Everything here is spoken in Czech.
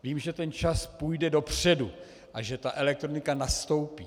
Vím, že čas půjde dopředu a že elektronika nastoupí.